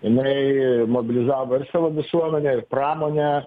jinai mobilizavo ir savo visuomenę ir pramonę